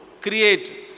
create